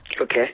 Okay